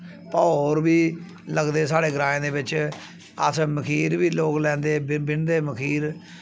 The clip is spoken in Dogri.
भौर बी लगदे साढ़े ग्राएं दे बिच्च अस मखीर बी लोक लैंदे बिन्नदे मखीर